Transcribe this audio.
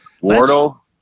Wardle